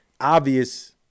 obvious